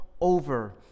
over